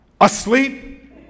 Asleep